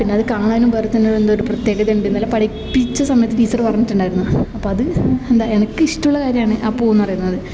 പിന്നത് കാണാനും വേറെ തന്നെ എന്തോ ഒരു പ്രത്യേകത ഉണ്ടെന്നെല്ലാം പഠിപ്പിച്ച സമയത്ത് ടീച്ചർ പറഞ്ഞിട്ടുണ്ടായിരുന്നു അപ്പം അത് എന്താ എനിക്ക് ഇഷ്ടമുള്ള കാര്യമാന്ന് ആ പൂവന്ന് പറയുന്നത്